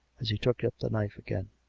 as he took up the knife again.